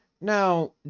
now